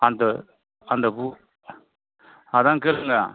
அந்த அந்த பூ அதான் கேளுங்கள்